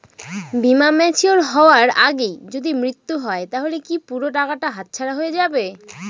বীমা ম্যাচিওর হয়ার আগেই যদি মৃত্যু হয় তাহলে কি পুরো টাকাটা হাতছাড়া হয়ে যাবে?